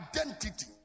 identity